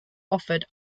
offered